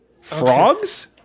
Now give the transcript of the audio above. Frogs